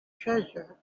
treasure